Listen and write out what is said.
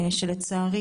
ולצערי,